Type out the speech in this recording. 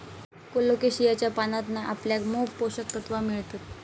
कोलोकेशियाच्या पानांतना आपल्याक मोप पोषक तत्त्वा मिळतत